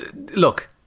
look